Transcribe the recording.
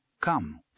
Come